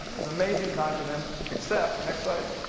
was amazing times, and then except, next slide.